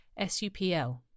SUPL